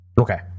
Okay